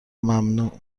ممنوع